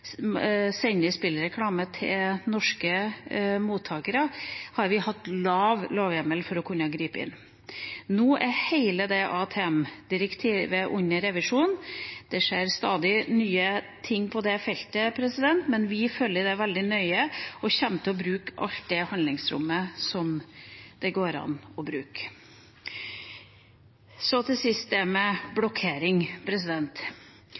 til norske mottakere, har vi hatt få lovhjemler for å kunne gripe inn. Nå er hele AMT-direktivet under revisjon. Det skjer stadig nye ting på det feltet, men vi følger det veldig nøye og kommer til å bruke hele det handlingsrommet som det går an å bruke. Til sist dette med